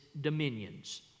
dominions